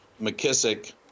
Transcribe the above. McKissick